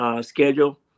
schedule